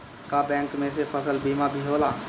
का बैंक में से फसल बीमा भी होला?